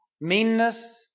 meanness